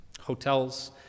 hotels